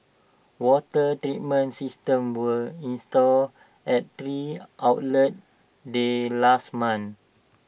water treatments systems were installed at three outlets there last month